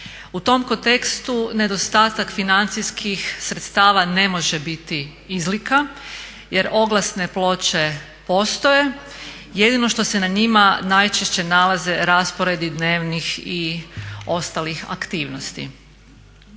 U tom kontekstu nedostatak financijskih sredstava ne može biti izlika jer oglasne ploče postoje, jedino što se na njima najčešće nalazi rasporedi dnevnih i ostalih aktivnosti.